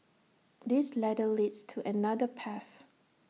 this ladder leads to another path